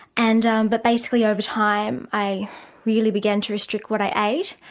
and um but basically over time i really began to restrict what i ate.